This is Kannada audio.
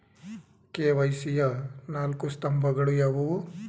ಕೆ.ವೈ.ಸಿ ಯ ನಾಲ್ಕು ಸ್ತಂಭಗಳು ಯಾವುವು?